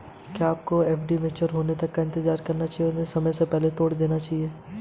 क्या आपको एफ.डी के मैच्योर होने का इंतज़ार करना चाहिए या उन्हें समय से पहले तोड़ देना चाहिए?